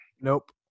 nope